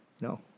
no